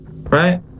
right